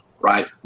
right